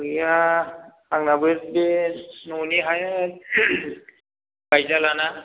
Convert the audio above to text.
गैया आंनाबो बे न'नि हाया गायजालाना